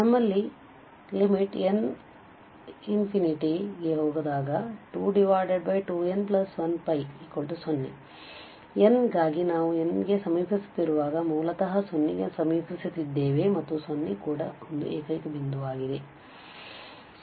ನಮ್ಮಲ್ಲಿ n→∞22n10 ದೊಡ್ಡ n ಗಾಗಿ ನಾವು n ಗೆ ಸಮೀಪಿಸುತ್ತಿರುವಾಗ ಮೂಲತಃ 0 ಗೆ ಸಮೀಪಿಸುತ್ತಿದ್ದೇವೆ ಮತ್ತು 0 ಕೂಡ ಒಂದು ಏಕೈಕ ಬಿಂದುವಾಗಿದೆsingular point